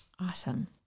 Awesome